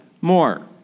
more